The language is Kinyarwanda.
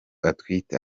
atwite